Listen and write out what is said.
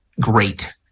great